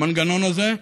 המנגנון הזה,